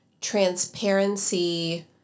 transparency